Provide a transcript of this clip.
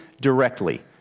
directly